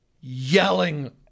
yelling